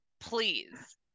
please